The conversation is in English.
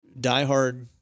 diehard